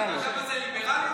אתה יודע מה זה ליברלי בכלל?